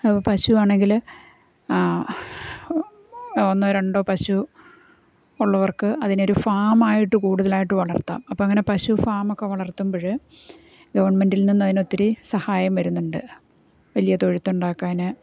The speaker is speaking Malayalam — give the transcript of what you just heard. അതിപ്പം പശുവാണെങ്കിൽ ഒന്നോ രണ്ടോ പശു ഉള്ളവർക്ക് അതിനൊരു ഫാമായിട്ട് കൂടുതലായിട്ട് വളർത്താം അപ്പം അങ്ങനെ പശു ഫാമൊക്കെ വളർത്തുമ്പോൾ ഗവൺമെൻറ്റിൽ നിന്ന് അതിനൊത്തിരി സഹായം വരുന്നുണ്ട് വലിയ തൊഴുത്തുണ്ടാക്കാൻ